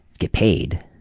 get paid,